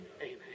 Amen